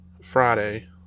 Friday